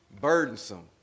burdensome